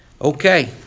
okay